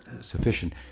sufficient